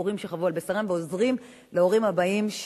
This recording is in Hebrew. הורים שחוו על בשרם עוזרים להורים הבאים,